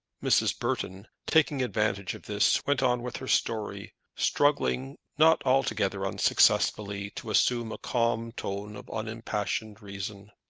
mrs. burton, taking advantage of this, went on with her story, struggling, not altogether unsuccessfully, to assume a calm tone of unimpassioned reason.